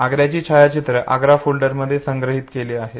आग्राची छायाचित्रे आग्रा फोल्डरमध्ये संग्रहित केलेली आहेत